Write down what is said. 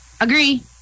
Agree